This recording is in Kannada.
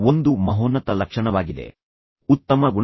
ನೀವು ಕೋಪವನ್ನು ಶಮನಗೊಳಿಸಲು ನಿಯಂತ್ರಿಸಲು ಪ್ರಯತ್ನಿಸಬೇಕು